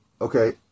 Okay